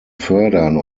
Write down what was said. fördern